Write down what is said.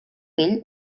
pell